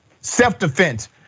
self-defense